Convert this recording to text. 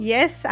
Yes